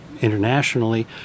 internationally